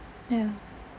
ya